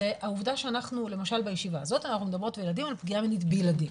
זה העובדה שאנחנו למשל בישיבה הזאת מדברות על פגיעה מינית בילדים,